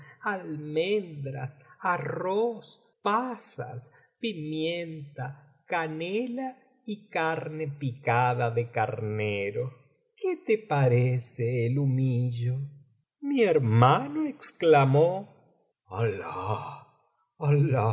almendras arroz pasas pimienta canela y carne picada de carnero qué te parece el humillo mi hermano exclamó alah